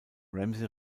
ramsey